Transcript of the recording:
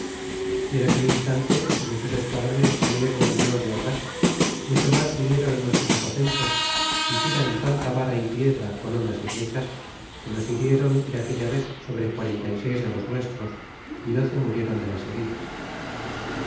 y en aquel instante si muchos esquadrones salieron al diego de ordas mucho mas vinieron nuestros aposentos y tiran tanta vara y piedra con hondas y flechas que nos hirieron de aquella vez sobre quarenta y seis de los nuestros y doce murieron de las heridas